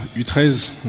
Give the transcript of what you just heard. U13